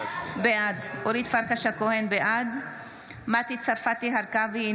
בעד מטי צרפתי הרכבי,